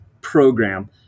program